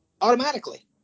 Automatically